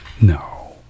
No